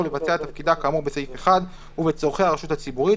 לבצע את תפקידה כאמור בסעיף 1 ובצורכי הרשות הציבורית,